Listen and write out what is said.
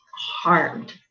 harmed